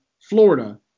Florida